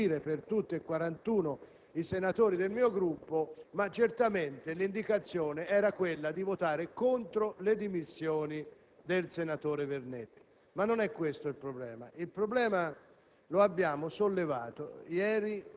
Nel segreto dell'urna, non posso garantire per tutti i 41 senatori del mio Gruppo, ma certamente l'indicazione era di votare contro le dimissioni del senatore Vernetti. Tuttavia, non è questo il problema.